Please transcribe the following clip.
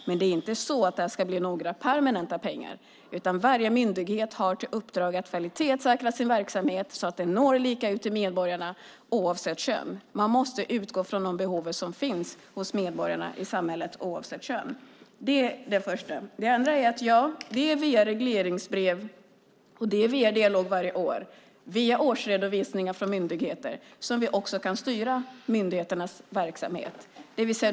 Men det är inte så att det ska bli några permanenta pengar. Varje myndighet har till uppdrag att kvalitetssäkra sin verksamhet så att den når lika ut till medborgarna oavsett kön. Man måste utgå från de behov som finns hos medborgarna i samhället oavsett kön. Det är det första. Det andra är att det är via regleringsbrev, via dialog varje år och via årsredovisningar från myndigheter varje år som vi kan styra myndigheternas verksamhet.